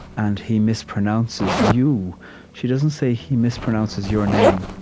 and he mispronounces you she doesn't say, he mispronounces your name.